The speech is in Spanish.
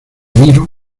miro